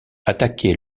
attaquer